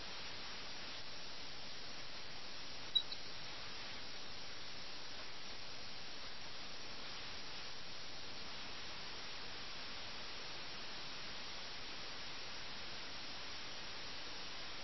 ചരിത്രകാരന്മാരും സാംസ്കാരിക വിമർശകരും വളരെ പോസിറ്റീവായ അർത്ഥത്തിലാണ് ലഖ്നൌവി സംസ്കാരത്തെക്കുറിച്ച് എഴുതിയത് എന്നാൽ ഈ കഥയിൽ ലഖ്നൌവിനെക്കുറിച്ച് നമുക്ക് ലഭിക്കുന്ന ചിത്രം പ്രേംചന്ദിന്റെ സാങ്കൽപ്പിക ഭാവനയിൽ നിന്ന് പുറത്ത് വന്ന ഒന്നാണ്